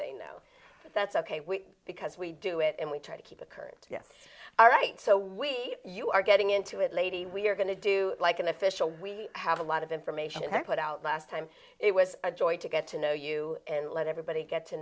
they know that's ok because we do it and we try to keep it current yes all right so we you are getting into it lady we're going to do like an official we have a lot of information to put out last time it was a joy to get to know you and let everybody get to